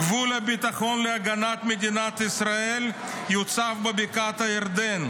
"גבול הביטחון להגנת מדינת ישראל יוצב בבקעת הירדן,